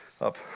up